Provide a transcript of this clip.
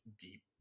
deep